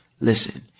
Listen